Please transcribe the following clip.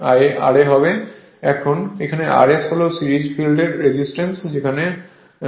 এবং RS হল series field resistance যেখানে এটি RS ∅ হয়